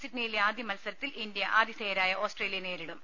സിഡ്നിയിലെ ആദ്യ മത്സരത്തിൽ ഇന്ത്യ ആതിഥേയരായ ഓസ്ട്രേലിയയെ നേരിടും